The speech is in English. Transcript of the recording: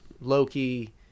Loki